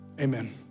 Amen